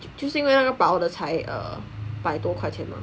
就是因为那个薄的才 uh 百多块钱 mah